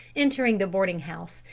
entering the boarding-house,